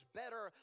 better